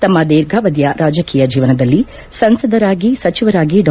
ತಮ್ಮ ದೀರ್ಘಾವಧಿಯ ರಾಜಕೀಯ ಜೀವನದಲ್ಲಿ ಸಂಸದರಾಗಿ ಸಚಿವರಾಗಿ ಡಾ